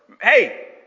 hey